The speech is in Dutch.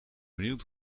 benieuwd